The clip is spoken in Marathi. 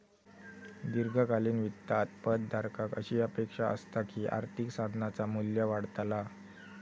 दीर्घकालीन वित्तात पद धारकाक अशी अपेक्षा असता की आर्थिक साधनाचा मू्ल्य वाढतला